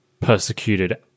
persecuted